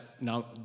now